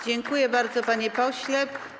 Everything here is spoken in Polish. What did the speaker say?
Dziękuję bardzo, panie pośle.